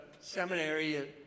seminary